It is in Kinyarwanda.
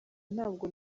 ntabwo